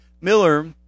Miller